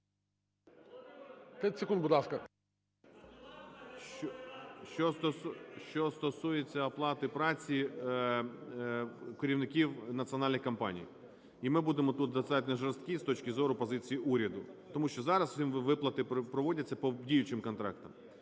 стосується оплати праці керівників національних компаній. І ми будемо тут достатньо жорсткі з точки зору позицій уряду, тому що зараз виплати проводяться по діючим контрактам.